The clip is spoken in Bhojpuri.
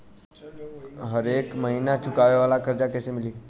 हरेक महिना चुकावे वाला कर्जा कैसे मिली?